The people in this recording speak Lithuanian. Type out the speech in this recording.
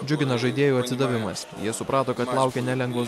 džiugina žaidėjų atsidavimas jie suprato kad laukia nelengvos